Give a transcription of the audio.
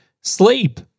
sleep